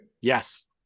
yes